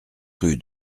rue